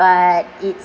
but it's